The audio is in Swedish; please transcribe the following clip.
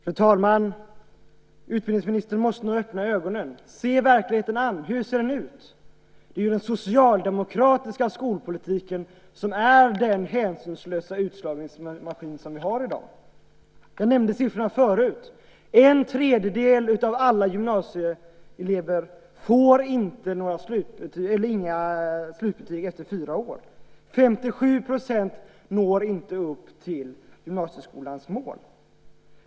Fru talman! Utbildningsministern måste nog öppna ögonen och se hur verkligheten ser ut. Det är ju den socialdemokratiska skolpolitiken som är den hänsynslösa utslagningsmaskin vi har i dag. Jag nämnde siffrorna förut. En tredjedel av alla gymnasieelever får inga slutbetyg efter fyra år. 57 % når inte upp till gymnasieskolans mål.